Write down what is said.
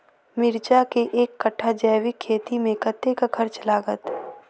मिर्चा केँ एक कट्ठा जैविक खेती मे कतेक खर्च लागत?